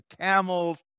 camel's